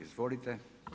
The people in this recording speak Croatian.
Izvolite.